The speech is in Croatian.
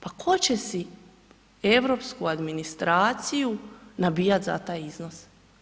Pa tko će si europsku administraciju nabijat za taj iznos?